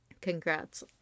Congrats